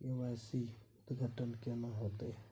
KYC अद्यतन केना होतै?